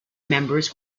members